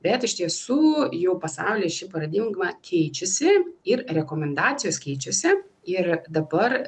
bet iš tiesų jau pasaulyje ši paradigma keičiasi ir rekomendacijos keičiasi ir dabar